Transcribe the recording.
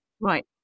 right